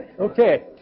Okay